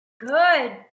Good